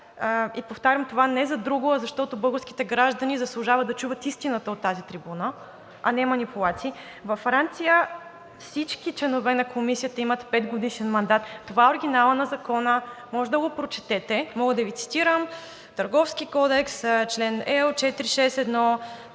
– повтарям това не за друго, а защото българските граждани заслужават да чуват истината от тази трибуна, а не манипулации – всички членове на Комисията имат петгодишен мандат. Това е оригиналът на Закона (показва го), може да го прочетете, мога да Ви цитирам: „Търговски кодекс, член ЕО 461,